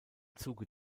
zuge